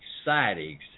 exciting